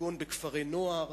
כגון בכפרי-נוער,